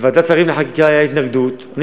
בוועדת שרים לחקיקה הייתה התנגדות אליה.